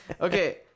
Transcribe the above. Okay